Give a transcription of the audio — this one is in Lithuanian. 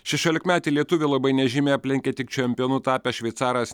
šešiolikmetį lietuvį labai nežymiai aplenkė tik čempionu tapęs šveicaras